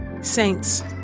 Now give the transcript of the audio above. Saints